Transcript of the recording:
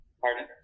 Pardon